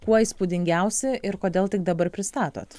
kuo įspūdingiausi ir kodėl tik dabar pristatot